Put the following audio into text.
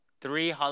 three